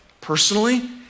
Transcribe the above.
personally